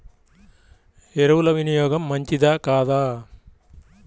ఎరువుల వినియోగం మంచిదా కాదా?